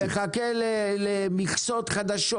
מחכה למכסות חדשות?